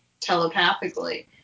telepathically